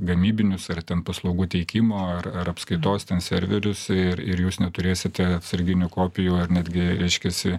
gamybinius ar ten paslaugų teikimo ar ar apskaitos ten serverius ir ir jūs neturėsite atsarginių kopijų ar netgi reiškiasi